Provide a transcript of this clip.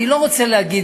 אני לא רוצה להגיד,